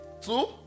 Two